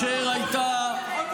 לפחות תהיה כן.